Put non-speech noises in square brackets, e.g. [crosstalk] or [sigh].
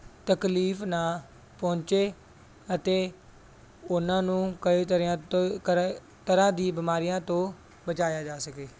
ਤਕਲੀਫ ਨਾ ਪਹੁੰਚੇ ਅਤੇ ਉਹਨਾਂ ਨੂੰ ਕਈ [unintelligible] ਤਰ੍ਹਾਂ ਦੀ ਬਿਮਾਰੀਆਂ ਤੋਂ ਬਚਾਇਆ ਜਾ ਸਕੇ